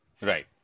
right